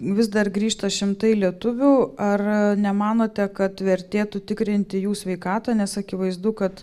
vis dar grįžta šimtai lietuvių ar nemanote kad vertėtų tikrinti jų sveikatą nes akivaizdu kad